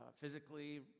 physically